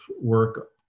work